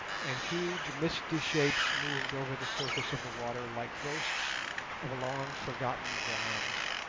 and huge misty shapes moved over the surface of the water like ghosts of long-forgotten dawns.